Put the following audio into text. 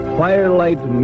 firelight